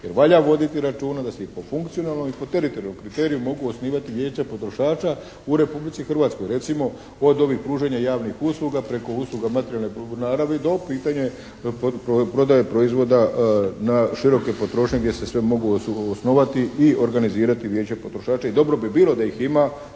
jer valja voditi računa da se i po funkcionalnoj i po teritorijalnom kriteriju mogu osnivati vijeća potrošača u Republici Hrvatskoj. Recimo od ovih pružanja javnih usluga preko materijalne naravi do pitanja prodaje proizvoda na široke potrošnje gdje se sve mogu osnovati i organizirati vijeće potrošača i dobro bi bilo da ih ima